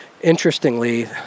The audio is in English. interestingly